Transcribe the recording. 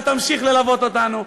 ותמשיך ללוות אותנו.